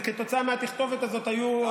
וכתוצאה מהתכתובת הזאת היו,